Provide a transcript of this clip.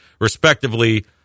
respectively